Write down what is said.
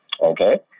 okay